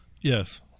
Yes